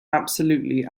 absolutely